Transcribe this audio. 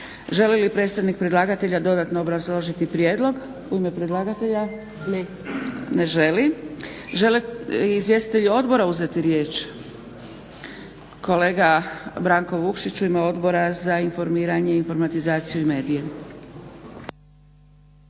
Želi li predstavnik predlagatelja dodatno obrazložiti prijedlog? Ne želi. Želi li izvjestitelj odbora preuzeti riječ? Kolega Branko Vukšić u ime Odbora za informiranje, informatizaciju i medije.